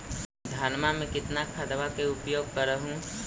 धानमा मे कितना खदबा के उपयोग कर हू?